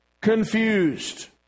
confused